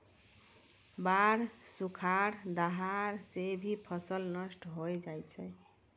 बाढ़, सुखाड़, दहाड़ सें भी फसल नष्ट होय जाय छै